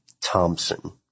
Thompson